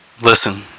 Listen